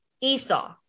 Esau